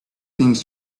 things